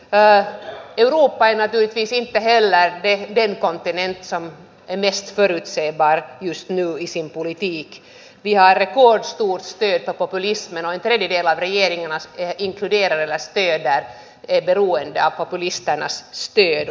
pää juho painatyyppisiin perheellä ei den kontinent som en edes vertasi edward eikö olisi pulitti jari muodostuu skeittapopulismen edie varjelijana ehecin kierrellä hyvä että täällä olisi entistä vähemmän